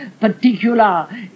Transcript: particular